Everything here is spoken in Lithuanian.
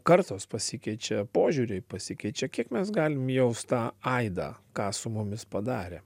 kartos pasikeičia požiūriai pasikeičia kiek mes galim jaust tą aidą ką su mumis padarė